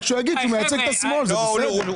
רק שיגיד שהוא מייצג את השמאל, זה בסדר.